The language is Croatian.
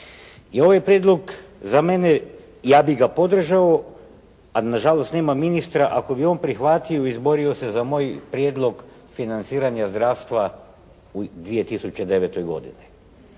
I ovaj prijedlog za mene, ja bih ga podržao, ali nažalost nema ministra ako bi on prihvatio i izborio se za moj prijedlog financiranja zdravstva u 2009. godini.